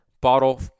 bottle